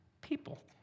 people